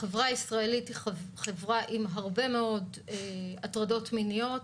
החברה הישראלית היא חברה עם הרבה מאוד הטרדות מיניות